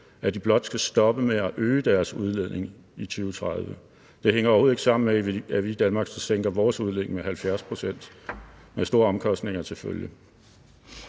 at de blot skal stoppe med at øge deres udledning i 2030. Det hænger overhovedet ikke sammen med, at vi i Danmark så sænker vores udledning med 70 pct. med store omkostninger til følge.